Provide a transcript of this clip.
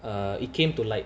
uh it came to light